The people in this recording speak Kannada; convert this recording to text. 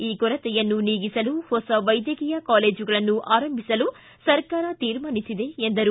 ಈ ಕೊರತೆಯನ್ನು ನೀಗಿಸಲು ಹೊಸ ವೈದ್ಯಕೀಯ ಕಾಲೇಜುಗಳನ್ನು ಆರಂಭಿಸಲು ಸರ್ಕಾರ ತೀರ್ಮಾನಿಸಿದೆ ಎಂದರು